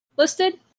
listed